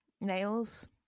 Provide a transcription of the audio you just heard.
nails